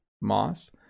Moss